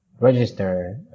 Register